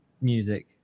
music